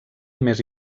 més